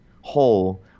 whole